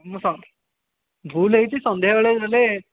ମୁଁ ସ ଭୁଲ ହୋଇଛି ସନ୍ଧ୍ୟା ବେଳେ ଗଲେ